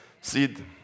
seed